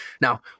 Now